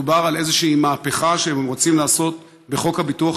מדובר על איזושהי מהפכה שהם רוצים לעשות בחוק הביטוח